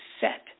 set